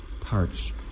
parts